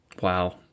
Wow